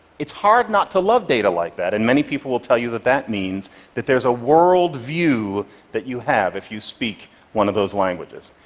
it's hard not to love data like that, and many people will tell you that that means that there's a worldview that you have if you speak one of those languages.